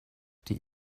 die